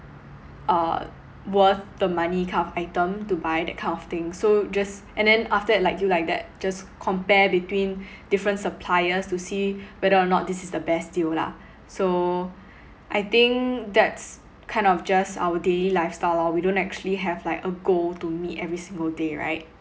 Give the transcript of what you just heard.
uh worth the money kind of item to buy that kind of things so just and then after like you like that just compare between different suppliers to see whether or not this is the best deal lah so I think that's kind of just our daily lifestyle lor we don't actually have like a goal to meet every single day right